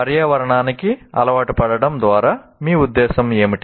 పర్యావరణానికి అలవాటుపడటం ద్వారా మీ ఉద్దేశ్యం ఏమిటి